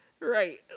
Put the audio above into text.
Right